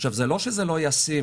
זה לא שזה לא ישים.